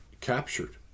captured